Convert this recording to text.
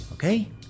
Okay